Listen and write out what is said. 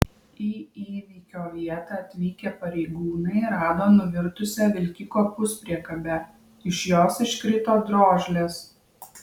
į įvykio vietą atvykę pareigūnai rado nuvirtusią vilkiko puspriekabę iš jos iškrito drožlės